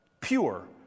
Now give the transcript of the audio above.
pure